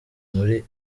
muri